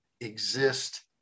exist